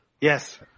Yes